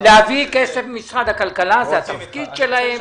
להביא כסף ממשרד הכלכלה שזה התפקיד שלו.